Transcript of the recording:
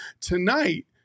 Tonight